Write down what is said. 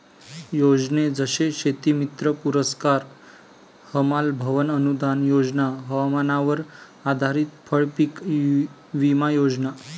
योजने जसे शेतीमित्र पुरस्कार, हमाल भवन अनूदान योजना, हवामानावर आधारित फळपीक विमा योजना